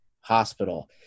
hospital